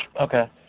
Okay